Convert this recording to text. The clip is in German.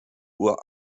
uhr